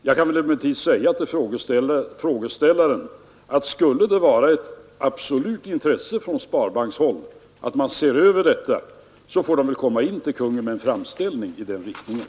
Jag kan emellertid säga till frågeställaren, att skulle det vara ett absolut intresse från sparbankshåll att detta ses över, så får man väl komma in till Kungl. Maj:t med en framställning i den riktningen.